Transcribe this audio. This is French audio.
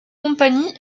compagnies